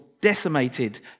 decimated